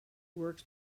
works